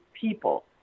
people